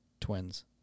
twins